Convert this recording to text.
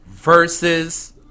Versus